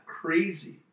crazy